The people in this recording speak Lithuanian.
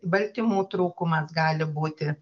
baltymų trūkumas gali būti